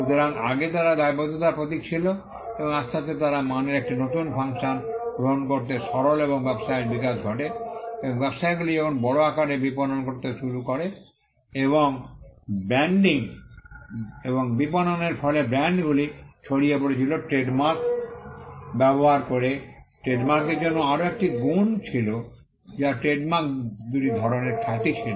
সুতরাং আগে তারা দায়বদ্ধতার প্রতীক ছিল এবং আস্তে আস্তে তারা মানের একটি নতুন ফাংশন গ্রহণ করতে সরল এবং ব্যবসায়ের বিকাশ ঘটে এবং ব্যবসায়গুলি যখন বড় আকারে বিপণন হতে শুরু করে এবং ব্র্যান্ডিং এবং বিপণনের ফলে ব্র্যান্ডগুলি ছড়িয়ে পড়েছিল ট্রেডমার্ক ব্যবহার করে ট্রেডমার্কের জন্য আরও একটি গুণ ছিল যা ট্রেডমার্ক দুটি ধরণের খ্যাতি ছিল